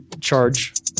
charge